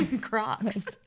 Crocs